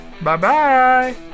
Bye-bye